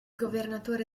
governatore